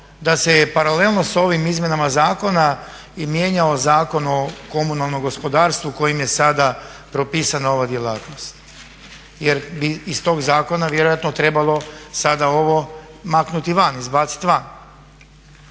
da se je paralelno sa ovim izmjenama zakona i mijenjao Zakon o komunalnom gospodarstvu kojim je sada propisana ova djelatnost? Jer bi iz tog zakona vjerojatno trebalo sada ovo maknuti van, izbaciti van.